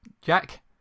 Jack